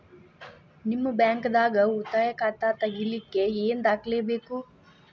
ನಿಮ್ಮ ಬ್ಯಾಂಕ್ ದಾಗ್ ಉಳಿತಾಯ ಖಾತಾ ತೆಗಿಲಿಕ್ಕೆ ಏನ್ ದಾಖಲೆ ಬೇಕು?